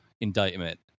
indictment